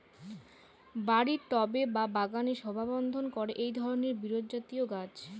বাড়ির টবে বা বাগানের শোভাবর্ধন করে এই ধরণের বিরুৎজাতীয় গাছ